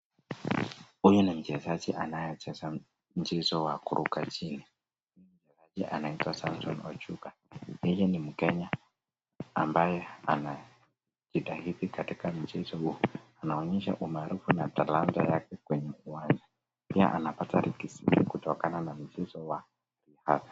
Huyu ni mchezaji anayecheza mchezo wa kuruka chini. Mchezaji anaitwa Samson Ojuka. Yeye ni Mkenya ambaye anajitahidi katika mchezo huu. Anaonyesha umaarufu na talanta yake kwenye uwanja. Pia anapata riziki kutokana na mchezo wa.